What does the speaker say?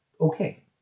Okay